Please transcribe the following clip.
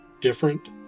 different